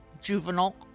juvenile